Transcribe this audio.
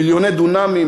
מיליוני דונם,